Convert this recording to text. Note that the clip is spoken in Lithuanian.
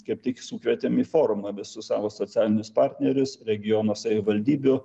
kaip tik sukvietėm į forumą visus savo socialinius partnerius regiono savivaldybių